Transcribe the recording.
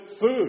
food